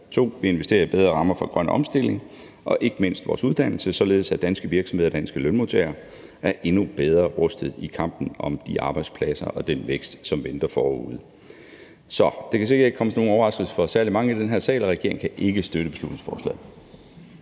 at vi investerer i bedre rammer for grøn omstilling og ikke mindst vores uddannelser, således at danske virksomheder og danske lønmodtagere er endnu bedre rustet i kampen om de arbejdspladser og den vækst, som venter forude. Så det kan sikkert ikke komme som nogen overraskelse for særlig mange i den her sal, at regeringen ikke kan støtte beslutningsforslaget.